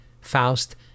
Faust